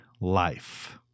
life